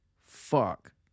Fuck